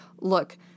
look